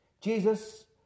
Jesus